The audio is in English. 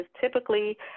typically